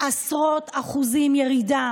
עשרות אחוזים ירידה